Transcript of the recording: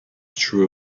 true